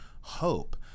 hope